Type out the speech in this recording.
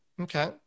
Okay